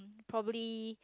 probably